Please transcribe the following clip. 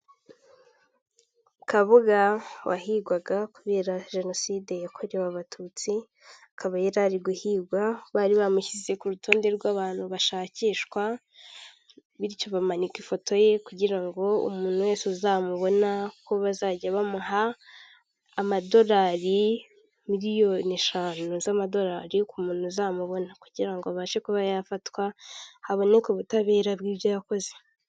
Kabuga wahigwaga kubera Jenoside yakorewe Abatutsi, akaba yari ari guhigwa, bari bamushyize ku rutonde rw'abantu bashakishwa, bityo bamanika ifoto ye kugira ngo umuntu wese uzamubona, ko bazajya bamuha amadolari miliyoni eshanu z'amadolari, ku muntu uzamubona. Kugira ngo abashe kuba yafatwa, haboneke ubutabera bw'ibyo yakoze.